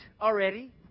already